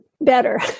better